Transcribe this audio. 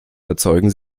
erzeugen